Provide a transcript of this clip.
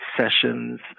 sessions